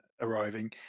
arriving